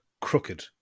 crooked